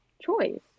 choice